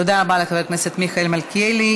תודה רבה לחבר הכנסת מיכאל מלכיאלי.